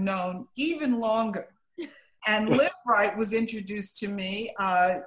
known even longer and right was introduced to me